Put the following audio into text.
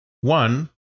One